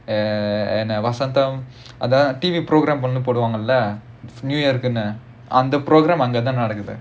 and and uh vasantham அதான்:athaan T_V program போடுவாங்களா:poduvaangalaa new year குனு அந்த:kunu antha programme அங்க தான் நடக்குது:anga thaan nadakkuthu